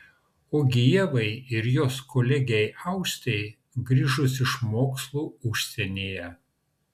ogi ievai ir jos kolegei austei grįžus iš mokslų užsienyje